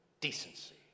decency